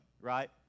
right